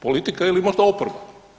Politika ili možda oporba?